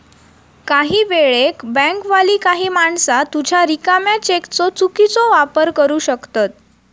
काही वेळेक बँकवाली काही माणसा तुझ्या रिकाम्या चेकचो चुकीचो वापर करू शकतत